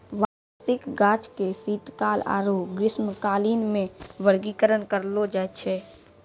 वार्षिक गाछ के शीतकाल आरु ग्रीष्मकालीन मे वर्गीकरण करलो जाय छै